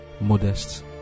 modest